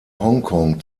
hongkong